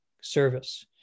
service